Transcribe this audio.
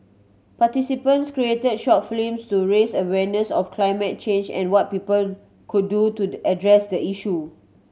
participants created short films to raise awareness of climate change and what people could do to address the issue